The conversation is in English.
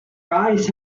rise